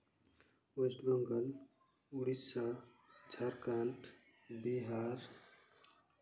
West Bengal Odisha Jharkhand Bihar